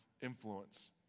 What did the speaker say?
influence